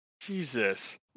Jesus